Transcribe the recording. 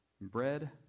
bread